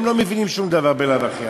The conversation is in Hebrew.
הם לא מבינים שום דבר בלאו הכי,